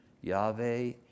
Yahweh